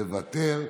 מוותר,